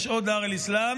יש או דאר אל-אסלאם,